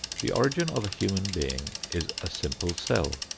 the origin of a human being is a simple cell,